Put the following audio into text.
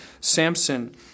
Samson